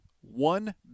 one